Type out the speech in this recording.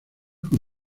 con